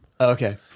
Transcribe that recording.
Okay